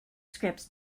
scripts